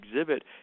exhibit